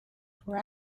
for